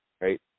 right